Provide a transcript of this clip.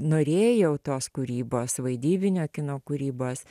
norėjau tos kūrybos vaidybinio kino kūrybos